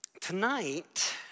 Tonight